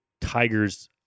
Tiger's